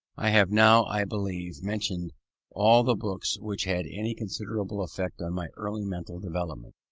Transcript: i have now, i believe, mentioned all the books which had any considerable effect on my early mental development.